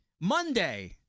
Monday